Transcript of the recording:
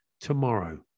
tomorrow